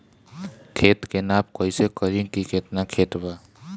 खेत के नाप कइसे करी की केतना खेत बा?